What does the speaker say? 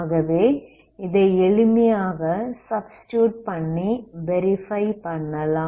ஆகவே இதை எளிமையாக சப்ஸ்டிடுயுட் பண்ணி வெரிஃபை பண்ணலாம்